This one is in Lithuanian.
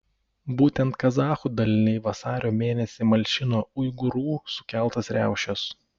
būtent kazachų daliniai vasario mėnesį malšino uigūrų sukeltas riaušes